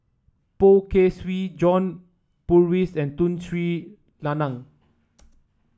Poh Kay Swee John Purvis and Tun Sri Lanang